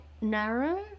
narrow